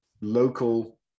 local